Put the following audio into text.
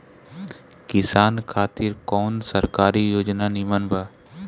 किसान खातिर कवन सरकारी योजना नीमन बा?